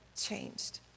changed